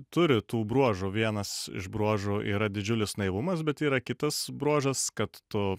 turi tų bruožų vienas iš bruožų yra didžiulis naivumas bet yra kitas bruožas kad tu